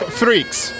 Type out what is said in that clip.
freaks